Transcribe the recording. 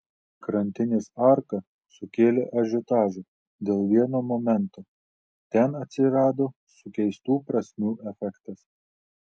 krantinės arka sukėlė ažiotažą dėl vieno momento ten atsirado sukeistų prasmių efektas